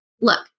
look